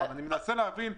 אני מנסה להבין.